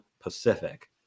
Pacific